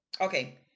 Okay